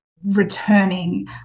returning